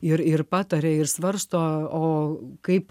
ir ir pataria ir svarsto o kaip